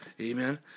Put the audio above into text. Amen